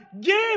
give